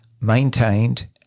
maintained